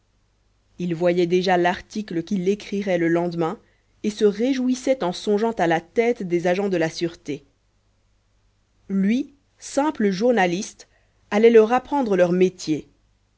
il voyait déjà l'article qu'il écrirait le lendemain et se réjouissait en songeant à la tête des agents de la sûreté lui simple journaliste allait leur apprendre leur métier